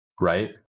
right